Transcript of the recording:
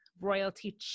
Royalty